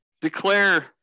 declare